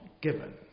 given